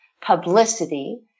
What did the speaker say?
publicity